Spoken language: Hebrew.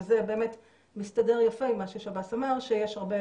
זה מסתדר יפה עם מה ששב"ס אומר שיש הרבה